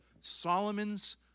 Solomon's